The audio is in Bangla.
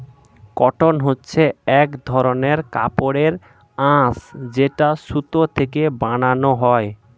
কটন হচ্ছে এক ধরনের কাপড়ের আঁশ যেটা সুতো থেকে বানানো হয়